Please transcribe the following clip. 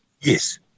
Yes